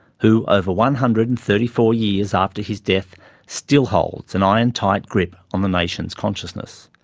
who, over one hundred and thirty four years after his death still holds an iron-tight grip on the nation's consciousness.